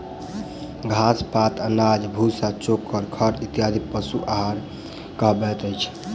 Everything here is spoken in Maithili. घास, पात, अनाज, भुस्सा, चोकर, खड़ इत्यादि पशु आहार कहबैत अछि